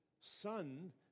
Son